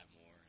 more